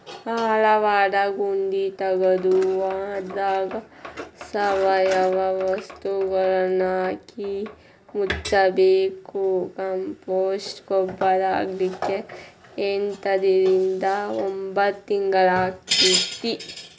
ಆಳವಾದ ಗುಂಡಿ ತಗದು ಅದ್ರಾಗ ಸಾವಯವ ವಸ್ತುಗಳನ್ನಹಾಕಿ ಮುಚ್ಚಬೇಕು, ಕಾಂಪೋಸ್ಟ್ ಗೊಬ್ಬರ ಆಗ್ಲಿಕ್ಕೆ ಎಂಟರಿಂದ ಒಂಭತ್ ತಿಂಗಳಾಕ್ಕೆತಿ